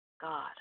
God